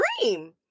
dream